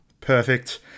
perfect